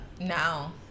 Now